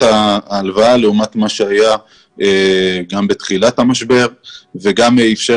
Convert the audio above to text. הבקשה להלוואה לעומת מה שהיה בתחילת המשבר וגם אפשר